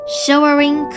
showering